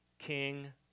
King